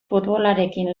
futbolarekin